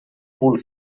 full